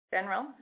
General